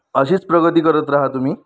अशीच प्रगती करत रहा तुम्ही